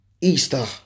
Easter